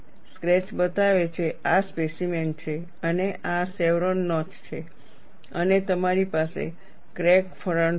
sketch બતાવે છે આ સ્પેસીમેન છે અને આ શેવરોન નોચ છે અને તમારી પાસે ક્રેક ફ્રન્ટ છે